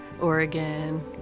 Oregon